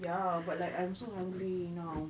ya but like I'm so hungry now